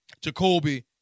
Jacoby